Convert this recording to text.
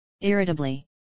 Irritably